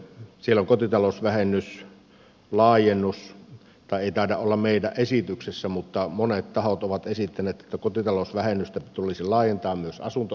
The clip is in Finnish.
siellä on kotitalousvähennys laajennus tai ei taida olla meidän esityksessä mutta monet tahot ovat esittäneet että kotitalousvähennystä tulisi laajentaa myös asunto osakeyhtiöille